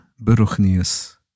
Beruchnius